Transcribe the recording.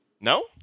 No